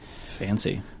Fancy